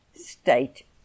state